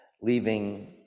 leaving